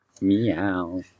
Meow